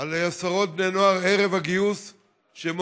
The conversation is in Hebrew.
על עשרות בני נוער ערב הגיוס שמודיעים,